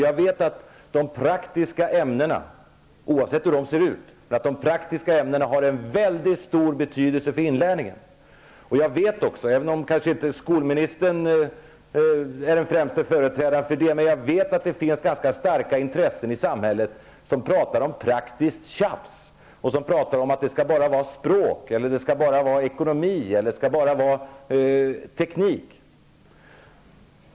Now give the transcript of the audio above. Jag vet att de praktiska ämnena, oavsett hur de är utformade, har mycket stor betydelse för inlärningen. Jag vet också att det finns ganska starka intressen i samhället -- även om skolministern kanske inte är den främste företrädaren för dem -- som talar om praktiskt tjafs och som bara vill ha språk, ekonomi eller teknik.